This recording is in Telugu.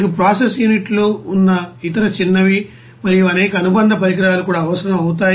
మీకు ప్రాసెస్ యూనిట్లు ఉన్న ఇతర చిన్నవి మరియు అనేక అనుబంధపరికరాలు కూడా అవసరం అవుతాయి